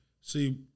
See